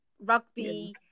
rugby